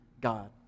God